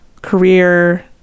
career